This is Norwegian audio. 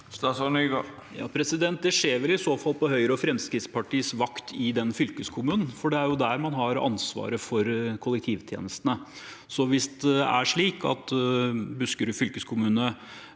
Det skjer vel i så fall på Høyre og Fremskrittspartiets vakt i den fylkeskommunen, for det er der man har ansvaret for kollektivtjenestene. Hvis det er slik at Buskerud fylkeskommune